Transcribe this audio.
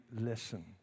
listen